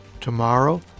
tomorrow